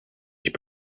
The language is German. ich